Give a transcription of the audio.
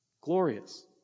glorious